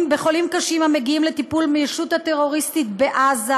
בחולים קשים המגיעים לטיפול מהישות הטרוריסטית בעזה,